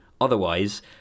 otherwise